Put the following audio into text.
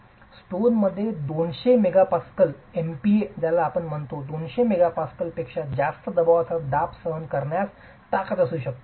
स्टोनमध्ये 200 MPa पेक्षा जास्त प्रमाणात दाब सहन करण्यास ताकद असू शकते